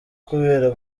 kubera